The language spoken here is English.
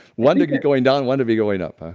one like and going down one to be going up, huh?